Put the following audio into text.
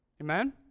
Amen